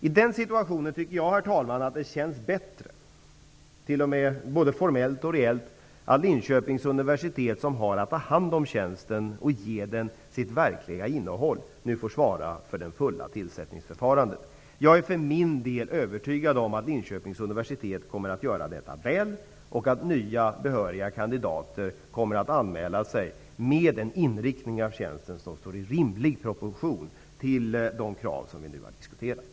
I den situationen tycker jag, herr talman, att det känns bättre, både formellt och reellt, att Linköpings universitet, som har att ta hand om tjänsten och ge den dess verkliga innehåll, nu får svara för det fulla tillsättningsförfarandet. Jag är för min del övertygad om att Linköpings universitet kommer att göra detta väl och att nya behöriga kandidater kommer att anmäla sig, med en inriktning av tjänsten som står i rimlig proportion till de krav som vi nu har diskuterat.